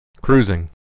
Cruising